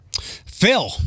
Phil